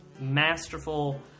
masterful